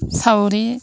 सावरि